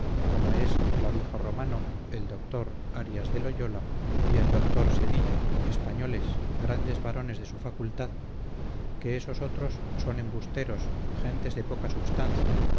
como es clavijo romano el doctor arias de loyola y el doctor sedillo españoles grandes varones de su facultad que esos otros son embusteros gente de poca substancia